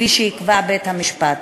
כפי שיקבע בית-המשפט.